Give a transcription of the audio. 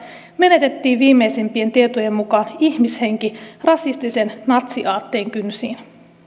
menetettiin viimeisimpien tietojen mukaan ihmishenki rasistisen natsiaatteen kynsiin